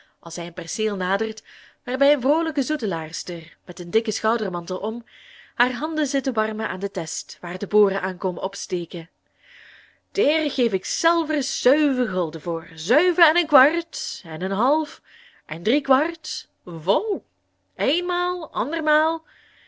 als hij een perceel nadert waarbij een vroolijke zoetelaarster met een dikken schoudermantel om hare handen zit te warmen aan de test waar de boeren aan komen opsteken deer geef ik zelvers zeuven gulden voor zeuven en en kwart en en half en drie kwart vol eenmaal andermaal